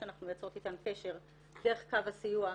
שאנחנו מייצרות איתן קשר דרך קו הסיוע,